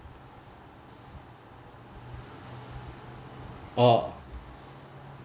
oh